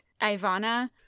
Ivana